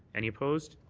any opposed?